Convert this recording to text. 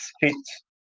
fits